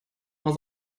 aus